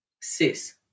Sis